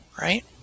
right